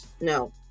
no